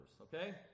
okay